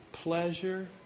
Pleasure